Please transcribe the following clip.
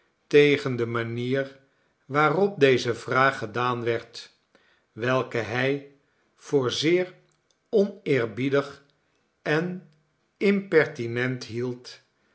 tegen de manier waarop deze vraag gedaan werd welke hij voor zeer oneerbiedig en impertinent hield